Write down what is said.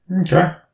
Okay